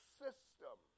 system